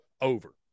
over